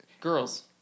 Girls